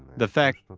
the fact,